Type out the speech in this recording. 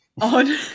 on